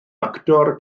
actor